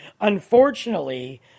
unfortunately